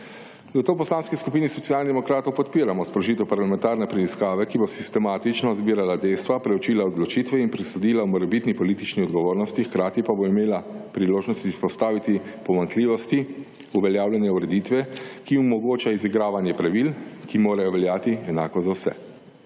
Zato v Poslanski skupin Socialnih demokratov podpiramo sprožitev parlamentarne preiskave, ki bo sistematično zbirala dejstva, proučila odločitve in presodila o morebitni politični odgovornosti, hkrati pa bo imela priložnost izpostaviti pomanjkljivosti uveljavljanja ureditve, ki omogoča izigravanje pravil, ki morajo veljati enako za vse.